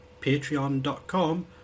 patreon.com